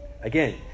Again